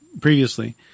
previously